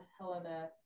Helena